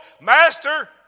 Master